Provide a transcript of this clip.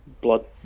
Blood